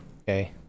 Okay